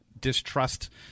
distrust